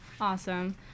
Awesome